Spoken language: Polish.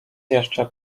jeszcze